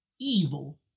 evil